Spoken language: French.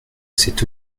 c’est